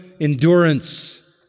endurance